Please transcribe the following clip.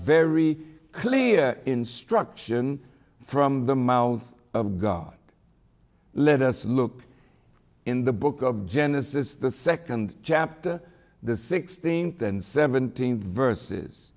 very clear instruction from the mouth of god let us look in the book of genesis the second chapter the sixteenth and seventeenth vers